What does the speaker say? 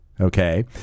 okay